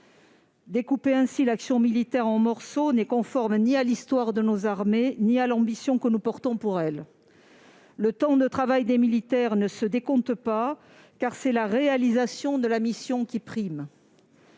Tailler ainsi l'action militaire en morceaux n'est conforme ni à l'histoire de nos armées ni à l'ambition que nous portons pour elles. Le temps de travail des militaires ne se décompte pas, car c'est la réalisation de la mission qui prime.